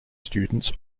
students